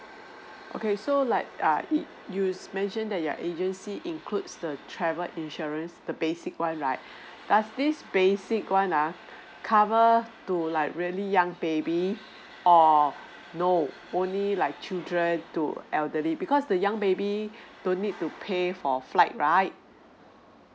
okay so like err you mentioned that your agency includes the travel insurance the basic one right does this basic one uh cover to like really young baby or no only like children to elderly because the young baby don't need to pay for flight right